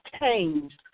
changed